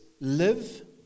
Live